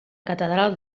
catedral